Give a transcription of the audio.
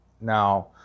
Now